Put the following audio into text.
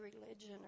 religion